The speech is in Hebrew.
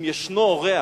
אם יש אורח